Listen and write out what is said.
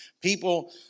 people